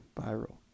viral